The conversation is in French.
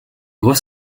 gros